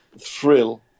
thrill